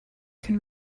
can